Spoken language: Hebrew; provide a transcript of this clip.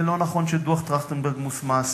ולא נכון שדוח-טרכטנברג מוסמס.